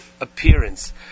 appearance